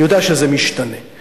אני יודע שזה משתנה.